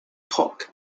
tok